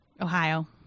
Ohio